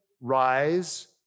rise